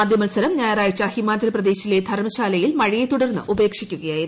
ആദ്യ മത്സരം ഞായറാഴ്ച ഹിമാചൽപ്രദേശിലെ ധർമശാലയിൽ മഴയെത്തുടർന്ന് ഉപേക്ഷിക്കുകയായിരുന്നു